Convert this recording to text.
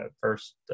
first